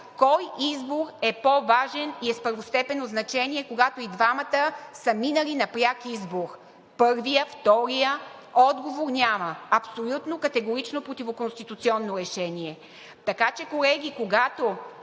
Кой избор е по-важен и е с първостепенно значение, когато и двамата са минали на пряк избор? Първият, вторият – отговор няма. Абсолютно категорично противоконституционно решение. Така че, колеги, когато